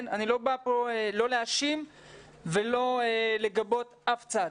אני לא בא פה לא להאשים ולא לגבות אף צד,